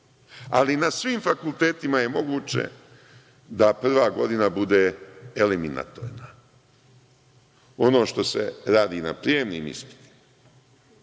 ali na svim fakultetima je moguće da prva godina bude eliminatorna. Ono što se radi na prijemnim ispitima,